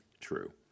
true